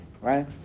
right